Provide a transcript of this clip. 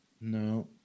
no